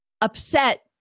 upset